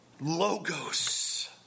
logos